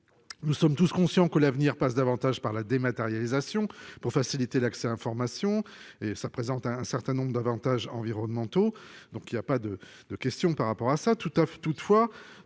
Nous sommes tous conscients que l'avenir passe davantage par la dématérialisation pour faciliter l'accès, information et ça présente un certain nombre d'avantages environnementaux. Donc il y a pas de de questions par rapport à ça